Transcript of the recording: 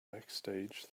backstage